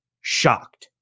shocked